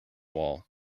wall